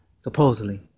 supposedly